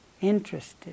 interested